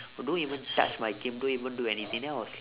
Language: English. don't even touch my game don't even do anything then I was like